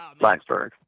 Blacksburg